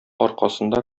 аркасында